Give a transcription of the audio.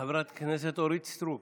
חברת הכנסת אורית סטרוק.